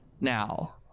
now